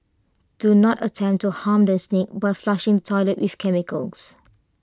do not attempt to harm the snake by flushing toilet with chemicals